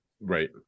right